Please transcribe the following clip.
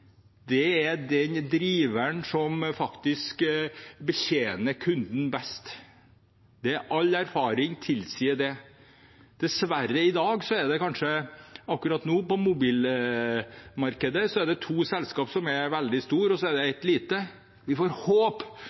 er den driveren som faktisk betjener kunden best. All erfaring tilsier det. I dag, akkurat nå, er det dessverre på mobilmarkedet to selskaper som er veldig store, og så er det ett lite. Vi får